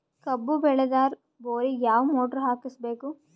ಕಬ್ಬು ಬೇಳದರ್ ಬೋರಿಗ ಯಾವ ಮೋಟ್ರ ಹಾಕಿಸಬೇಕು?